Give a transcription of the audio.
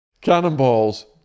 Cannonballs